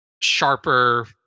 sharper